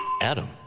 Adam